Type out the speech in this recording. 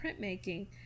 printmaking